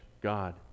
God